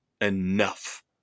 enough